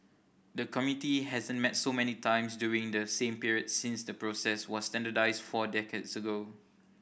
the committee hasn't met so many times during the same period since the process was standardised four decades ago